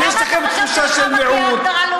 למה אתה חושב שלך מגיעה הגדרה לאומית ולמדינה היהודית לא?